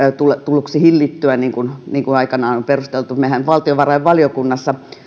tulla hillittyä niin kuin niin kuin aikanaan on perusteltu valtiovarainvaliokunnassahan me